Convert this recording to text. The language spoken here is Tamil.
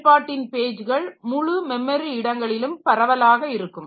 செயல்பாட்டின் பேஜ்கள்முழு மெமரி இடங்களிலும் பரவலாக இருக்கும்